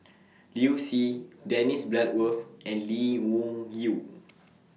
Liu Si Dennis Bloodworth and Lee Wung Yew